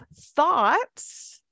thoughts